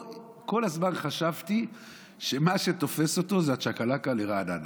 כל הזמן חשבתי שמה שתופס אותו זה הצ'קלקה לרעננה.